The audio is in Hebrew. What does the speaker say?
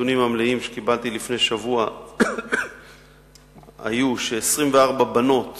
הנתונים המלאים שקיבלתי לפני שבוע היו ש-24 בנות